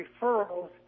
referrals